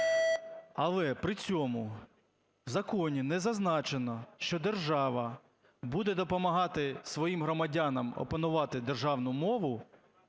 Але при цьому в законі не зазначено, що держава буде допомагати своїм громадянам опанувати державну мову